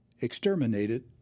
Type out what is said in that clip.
exterminated